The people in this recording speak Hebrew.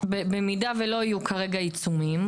אבל אם לא יהיו כרגע עיצומים